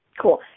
Cool